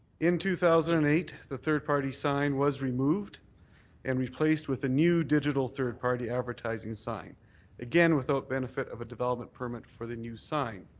in two thousand and eight, the third party sign was removed and replaced with a new digital third party advertising sign again without benefit of a development permit for the new sign.